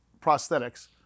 prosthetics